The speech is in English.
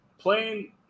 Playing